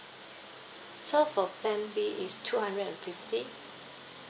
so for plan B is two hundred and fifty